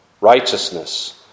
righteousness